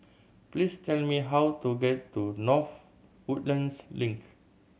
please tell me how to get to North Woodlands Link